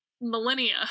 millennia